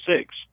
six